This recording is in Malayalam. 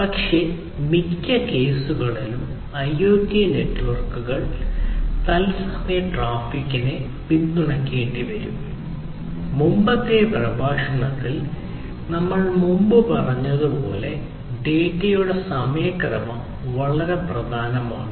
പക്ഷേ മിക്ക കേസുകളിലും IoT നെറ്റ്വർക്കുകൾ തത്സമയ ട്രാഫിക്കിനെ പിന്തുണയ്ക്കേണ്ടിവരും മുമ്പത്തെ പ്രഭാഷണത്തിൽ നമ്മൾ മുമ്പ് പറഞ്ഞതുപോലെ ഡാറ്റയുടെ സമയക്രമം വളരെ പ്രധാനമാണ്